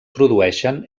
produeixen